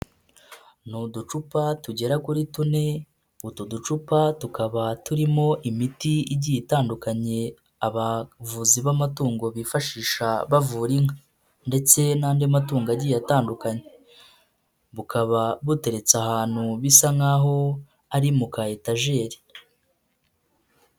Ni uducupa tugera kuri tune utu ducupa tukaba turimo imiti igiye itandukanye, abavuzi b'amatungo bifashisha bavura inka, ndetse n'andi matungo agiye atandukanye. Bukaba buteretse ahantu bisa nk'aho ari mu ka etajeri.